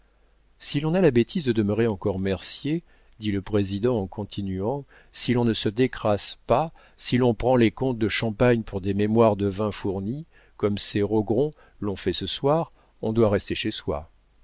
si l'on a la bêtise de demeurer encore mercier dit le président en continuant si l'on ne se décrasse pas si l'on prend les comtes de champagne pour des mémoires de vin fourni comme ces rogron l'ont fait ce soir on doit rester chez soi